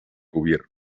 gobierno